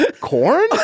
corn